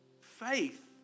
faith